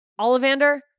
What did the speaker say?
Ollivander